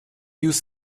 use